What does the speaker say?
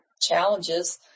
challenges